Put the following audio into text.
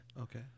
Okay